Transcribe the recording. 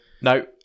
No